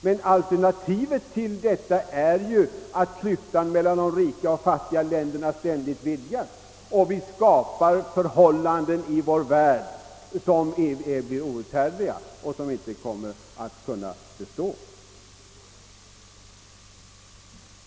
Men alternativet till detta är att klyftan mellan de rika och fattiga länderna ständigt vidgas och att vi skapar förhållanden inom vår värld som blir outhärdliga.